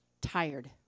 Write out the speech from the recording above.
tired